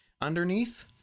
underneath